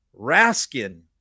Raskin